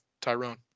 Tyrone